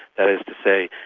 that is to say,